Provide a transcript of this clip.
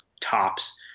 tops